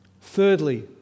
Thirdly